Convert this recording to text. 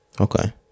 Okay